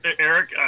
Eric